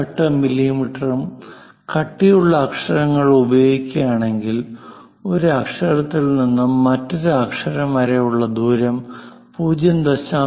18 മില്ലിമീറ്ററും കട്ടിയുള്ള അക്ഷരങ്ങൾ ഉപയോഗിക്കുകയാണെങ്കിൽ ഒരു അക്ഷരത്തിൽ നിന്നും മറ്റൊരു അക്ഷരം വരെ ഉള്ള ദൂരം 0